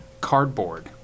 cardboard